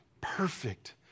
perfect